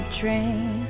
train